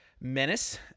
menace